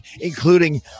including